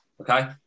Okay